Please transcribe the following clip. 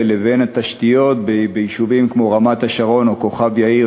לבין התשתיות ביישובים כמו רמת-השרון או כוכב-יאיר,